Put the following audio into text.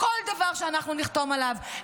כל דבר שאנחנו נחתום עליו,